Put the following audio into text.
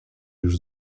już